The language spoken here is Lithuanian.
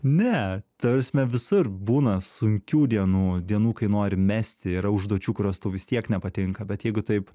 ne ta prasme visur būna sunkių dienų dienų kai nori mesti yra užduočių kurios tau vis tiek nepatinka bet jeigu taip